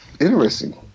interesting